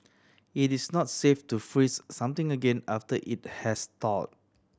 it is not safe to freeze something again after it has thaw